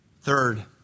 Third